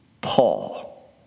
Paul